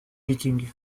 vikings